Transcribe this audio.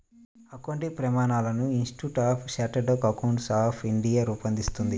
accounting ప్రమాణాలను institute of chartered accountants of India రూపొందిస్తుంది